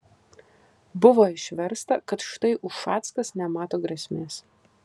buvo išversta kad štai ušackas nemato grėsmės